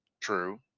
True